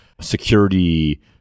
security